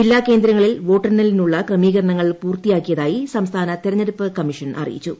ജില്ലാ കേന്ദ്രങ്ങളിൽ വോട്ടെണ്ണലിനുള്ള ക്രമീകരണങ്ങൾ പൂർത്തിയാക്കിയതായി സംസ്ഥാന തെരഞ്ഞെടുപ്പ് കമ്മീഷൻ അറിയിച്ചു